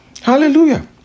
Hallelujah